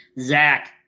Zach